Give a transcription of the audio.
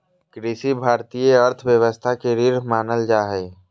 कृषि भारतीय अर्थव्यवस्था के रीढ़ मानल जा हइ